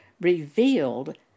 revealed